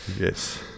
Yes